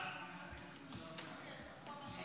ההצעה להעביר